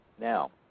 Now